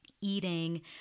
eating